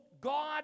God